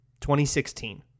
2016